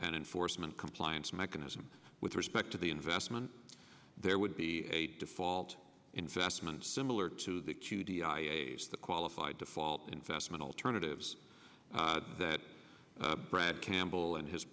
an enforcement compliance mechanism with respect to the investment there would be a default investment similar to that to d i s the qualified default investment alternatives that brad campbell and his